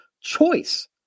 choice